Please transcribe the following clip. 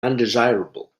undesirable